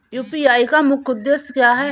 UPI का मुख्य उद्देश्य क्या है?